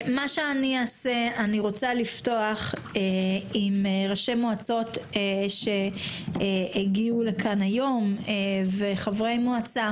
אני רוצה לפתוח עם ראשי מועצות שהגיעו לכאן היום ועם חברי מועצה